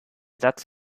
satz